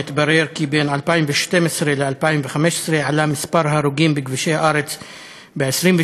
מתברר כי בין 2012 ל-2015 עלה מספר ההרוגים בכבישי הארץ ב-22%.